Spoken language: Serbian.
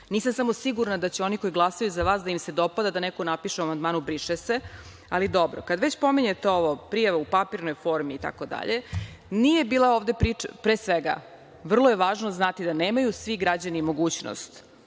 Nisam samo sigurna da oni koji glasaju za vas, da im se dopada da neko napiše u amandmanu briše se, ali dobro. Kada već pominjete ovo prijava u papirnoj formi itd. pre svega, vrlo je važno znati da nemaju svi građani mogućnost